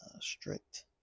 strict